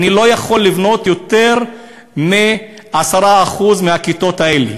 אני לא יכול לבנות יותר מ-10% מהכיתות האלה.